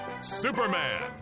Superman